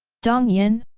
dong yin?